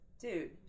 dude